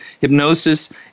hypnosis